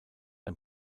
ein